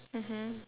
mmhmm